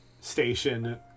Station